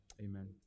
amen